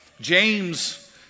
James